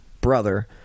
brother